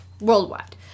worldwide